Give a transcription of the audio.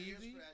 easy